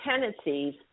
tendencies